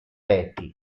reti